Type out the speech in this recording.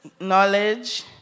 knowledge